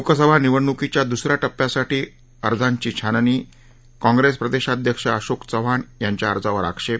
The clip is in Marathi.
लोकसभा निवडणूकीच्या दुसऱ्या टप्प्यासाठी अर्जांची छाननी काँप्रेस प्रदेशाध्यक्ष अशोक चव्हाण यांच्या अर्जावर आक्षेप